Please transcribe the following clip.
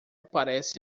parece